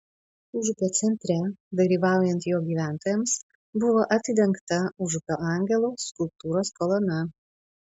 užupio centre dalyvaujant jo gyventojams buvo atidengta užupio angelo skulptūros kolona